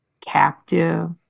captive